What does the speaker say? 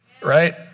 right